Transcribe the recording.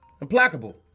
Implacable